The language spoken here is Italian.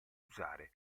usare